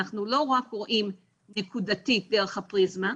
אנחנו לא רק רואים נקודתית דרך הפריזמה,